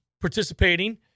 participating